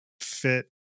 fit